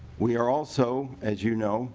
we are also as you know